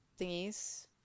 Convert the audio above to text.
thingies